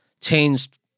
changed